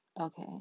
okay